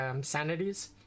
sanities